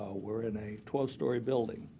we're in a twelve story building,